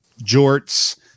jorts